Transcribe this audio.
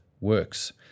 works